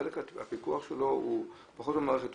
החלק של הפיקוח שלו הוא פחות במערכת,